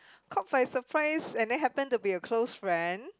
caught by surprise and then happen to be a close friend